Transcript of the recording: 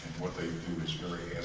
what they do is very